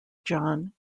john